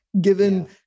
given